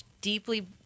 deeply